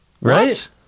right